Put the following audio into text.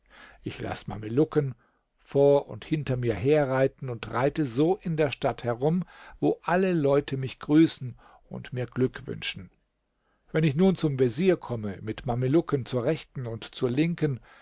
ich laß mamelucken vor und hinter mir her reiten und reite so in der stadt herum wo alle leute mich grüßen und mir glück wünschen wenn ich nun zum vezier komme mit mamelucken zur rechten und zur linken